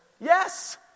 Yes